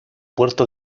puerto